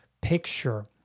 picture